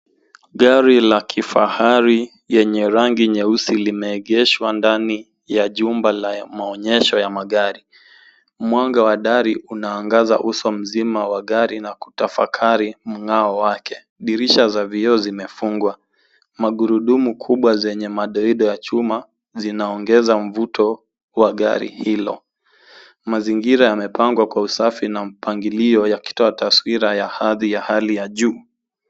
Gari la kifahari yenye rangi nyeusi limeegeshwa ndani ya jumba la maonyesho ya magari, mwanga wa dari unaangaza uso mzima wa gari na kutafakari mng'ao wake, dirisha za vyo vimefungwa, magurudumu kubwa zenye madoido ya chuma zinaongeza mvuto wa gari hilo, mazingira yamepangwa kwa usafi na mpangilio yakitoa taswira ya hadhi ya hali ya juu.